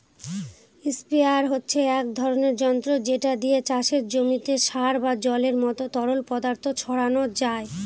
sprayer হচ্ছে এক ধরণের যন্ত্র যেটা দিয়ে চাষের জমিতে সার বা জলের মত তরল পদার্থ ছড়ানো যায়